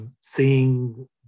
seeing